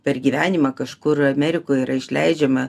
per gyvenimą kažkur amerikoj yra išleidžiama